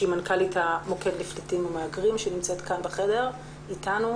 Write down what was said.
מנכ"לית המוקד לפליטים ולמהגרים שנמצאת כאן בחדר איתנו.